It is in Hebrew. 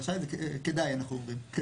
רשאי, וכדאי אנחנו אומרים.